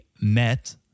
met